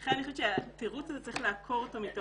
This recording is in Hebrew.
לכן אני חושבת שצריך לעקור את התירוץ הזה מהתוכן,